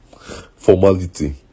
formality